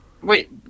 Wait